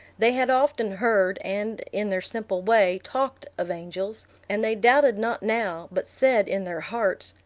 they had often heard, and, in their simple way, talked, of angels and they doubted not now, but said, in their hearts,